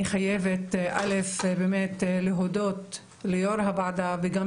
אני חייבת א' באמת להודות ליו"ר הוועדה וגם